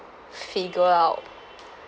figure out